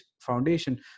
foundation